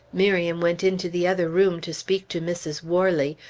miriam went into the other room to speak to mrs. worley,